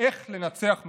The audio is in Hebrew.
"איך לנצח מגפה".